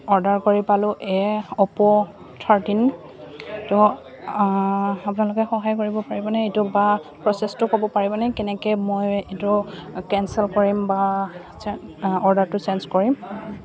order কৰি পালোঁ এই অপ' থাৰ্টিনটো আপোনালোকে সহায় কৰিব পাৰিবনে এইটো বা প্ৰচেছটো ক'ব পাৰিবনে কেনেকৈ মই এইটো কেঞ্চেল কৰিম বা অৰ্ডাৰটো চেঞ্জ কৰিম